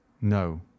no